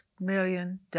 million